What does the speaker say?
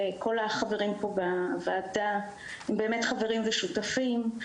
וכל החברים פה בוועדה הם באמת חברים ושותפים.